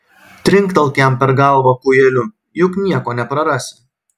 trinktelk jam per galvą kūjeliu juk nieko neprarasi